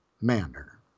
manner